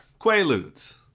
Quaaludes